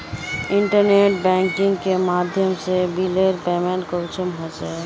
Internet banking के माध्यम से बिलेर पेमेंट कुंसम होचे?